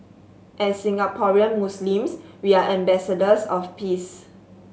as Singaporean Muslims we are ambassadors of peace